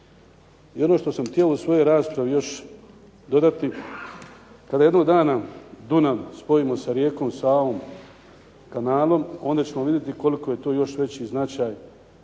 I ono što sam htio u svojoj raspravi još dodati. Kada jednog dana Dunav spojimo sa rijekom Savom kanalom onda ćemo vidjeti koliko je to još veći značaj